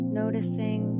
noticing